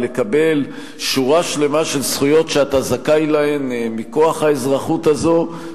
ולקבל שורה שלמה של זכויות שאתה זכאי להן מכוח האזרחות הזאת,